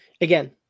again